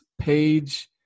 page